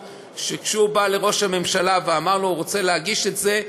שכשהוא בא לראש הממשלה ואמר לו שהוא רוצה להגיש את זה,